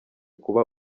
kuba